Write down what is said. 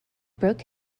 broke